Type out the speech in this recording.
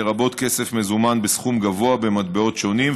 לרבות כסף מזומן בסכום גבוה במטבעות שונים,